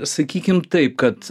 sakykim taip kad